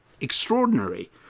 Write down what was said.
extraordinary